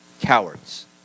cowards